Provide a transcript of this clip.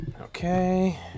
Okay